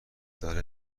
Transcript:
داره